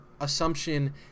assumption